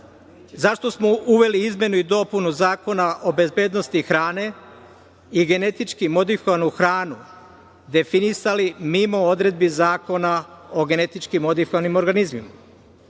zašto smo uveli izmenu i dopunu Zakona o bezbednosti hrane i genetički modifikovanu hranu definisali mimo odredbi Zakona o GMO? To smo definisali